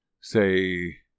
say